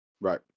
Right